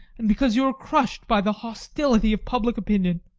and because you were crushed by the hostility of public opinion.